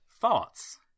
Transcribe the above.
thoughts